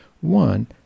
One